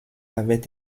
avait